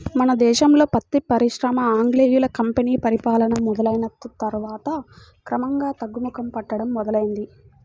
మన దేశంలో పత్తి పరిశ్రమ ఆంగ్లేయుల కంపెనీ పరిపాలన మొదలయ్యిన తర్వాత క్రమంగా తగ్గుముఖం పట్టడం మొదలైంది